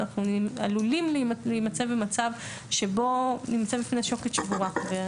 אנחנו עלולים להימצא במצב שבו נימצא בפני שוקת שבורה.